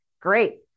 Great